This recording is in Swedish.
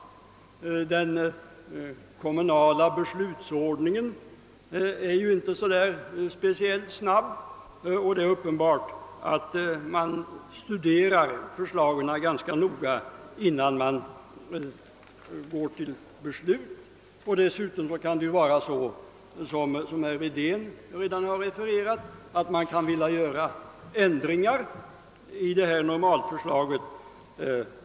Den kommunala beslutsordningen är inte så snabb, och det är uppenbart att man noga studerar förslagen innan man fattar beslut. Dessutom kan man, som herr Wedén redan sagt, vilja göra ändringar i normalförslaget.